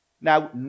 Now